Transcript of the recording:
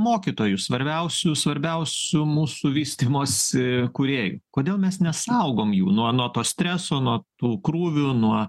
mokytojų svarbiausių svarbiausių mūsų vystymosi kūrėjų kodėl mes nesaugom jų nuo nuo to streso nuo tų krūvių nuo